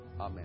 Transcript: Amen